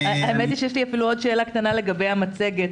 האמת היא שיש לי אפילו עוד שאלה קטנה לגבי המצגת.